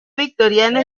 victoriana